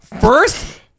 first